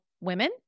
women